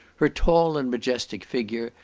her tall and majestic figure,